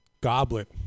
goblet